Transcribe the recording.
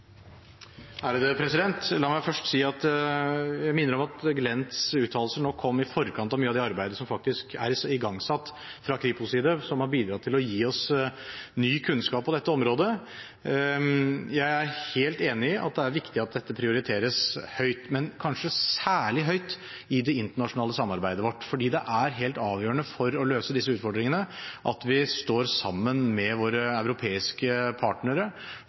La meg først minne om at Glents uttalelse kom i forkant av mye av det arbeidet som faktisk er igangsatt fra Kripos’ side, som har bidratt til å gi oss ny kunnskap på dette området. Jeg er helt enig i at det er viktig at dette prioriteres høyt, men kanskje særlig høyt i det internasjonale samarbeidet vårt, for det er helt avgjørende for å løse disse utfordringene at vi står sammen med våre europeiske partnere